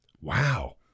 wow